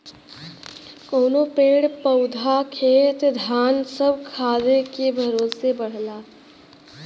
कउनो पेड़ पउधा खेत धान सब खादे के भरोसे बढ़ला